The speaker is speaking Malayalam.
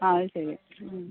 ആ അത് ശരി